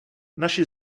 naši